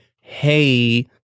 hey